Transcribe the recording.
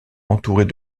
entourés